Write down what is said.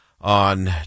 on